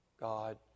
God